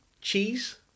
Cheese